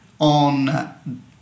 on